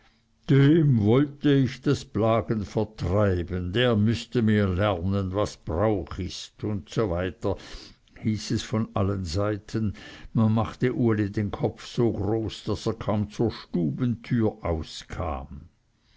dem wollte ich das plagen vertreiben der müßte mir lernen was brauch ist usw hieß es von allen seiten man machte uli den kopf so groß daß er kaum zur stubentür aus